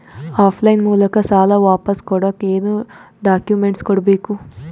Of line ಮೂಲಕ ಸಾಲ ವಾಪಸ್ ಕೊಡಕ್ ಏನು ಡಾಕ್ಯೂಮೆಂಟ್ಸ್ ಕೊಡಬೇಕು?